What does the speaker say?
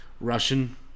Russian